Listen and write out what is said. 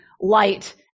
light